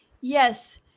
yes